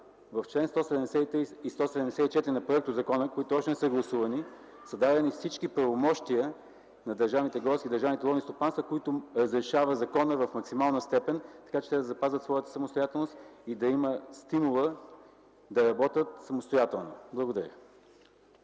в чл. 173 и чл.174 на проектозакона, които още не са гласувани, са дадени всички правомощия на държавните горски и държавните ловни стопанства, които разрешава законът в максимална степен, така че те да запазят своята самостоятелност и да имат стимула да работят самостоятелно. Благодаря.